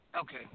Okay